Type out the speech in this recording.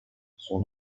son